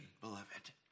beloved